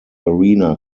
arena